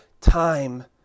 time